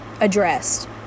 addressed